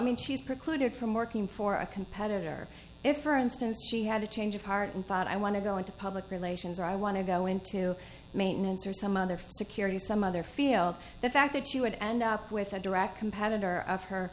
mean she's precluded from working for a competitor if for instance she had a change of heart and thought i want to go into public relations or i want to go into maintenance or some other for security some other field the fact that she would end up with a direct competitor of her